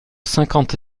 cinquante